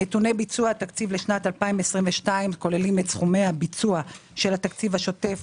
נתוני ביצוע התקציב לשנת 2022 כוללים את סכומי הביצוע של התקציב השוטף